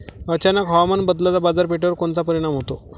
अचानक हवामान बदलाचा बाजारपेठेवर कोनचा परिणाम होतो?